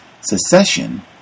Secession